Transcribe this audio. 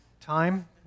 time